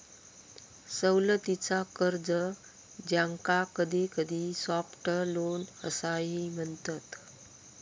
सवलतीचा कर्ज, ज्याका कधीकधी सॉफ्ट लोन असाही म्हणतत